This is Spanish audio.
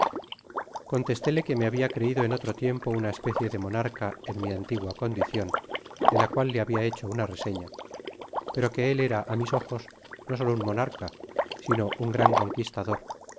contestéle que me habia creido en otro tiempo una especie de monarca en mi antigua condicion de la cual le habia hecho una reseña pero que él era á mis ojos do solo un monarca sino un gran conquistador